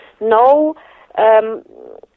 no